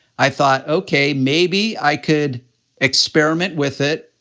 i thought, okay, maybe i could experiment with it,